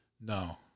No